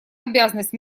обязанность